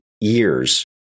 years